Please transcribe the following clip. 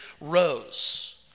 rose